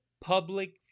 public